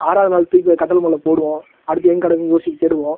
ஆறாவது நாள் தூக்கி கட்டில் மேலே போடுவோம் அடுத்து எங்கு கிடக்குன்னு யோசிச்சுகிட்டு தேடுவோம்